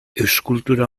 eskultura